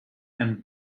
and